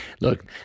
Look